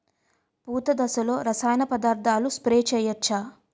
పూత దశలో రసాయన పదార్థాలు స్ప్రే చేయచ్చ?